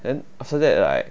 then after that like